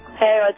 Hey